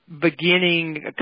beginning